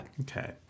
Okay